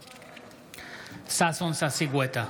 נגד ששון ששי גואטה,